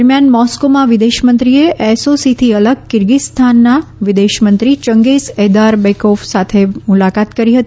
દરમિયાન મોસ્કોમાં વિદેશમંત્રીએ ટ્ટ થી અલગ કીર્ગિઝસ્તાનના વિદેશમંત્રી ચંગેઝ એદાર બેકોફ સાથે મુલાકાત કરી હતી